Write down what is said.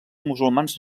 musulmans